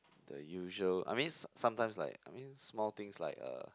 the usual I mean sometimes like I mean small things like uh